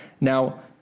Now